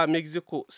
Mexico